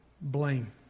blame